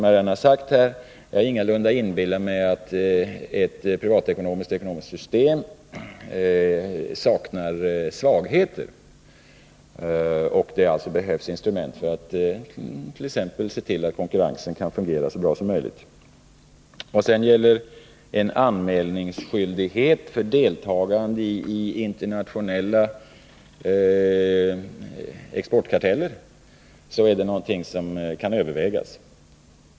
Jag inbillar mig ingalunda, som jag redan sagt, att det privatekonomiska ekonomiska systemet saknar svagheter, och det behövs alltså instrument för att t.ex. se till att konkurrensen kan fungera så bra som möjligt. Vad sedan gäller en anmälningsskyldighet för deltagande i internationella exportkarteller vill jag säga att det är någonting som kan övervägas.